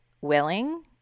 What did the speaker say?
Willing